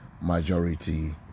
majority